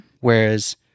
Whereas